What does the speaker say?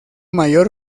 mayor